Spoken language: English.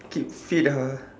keep fit ah